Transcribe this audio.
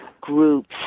groups